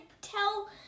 tell